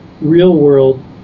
real-world